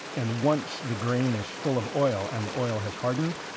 and once the grain is full of oil, and the oil has hardened,